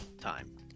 time